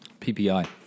PPI